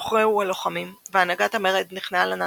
הוכרעו הלוחמים, והנהגת המרד נכנעה לנאצים.